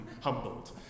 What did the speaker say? humbled